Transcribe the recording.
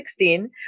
2016